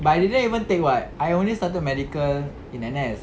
but I didn't even take [what] I only started medical in N_S